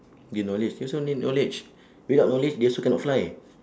gain knowledge they also want gain knowledge without knowledge they also cannot fly